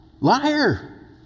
liar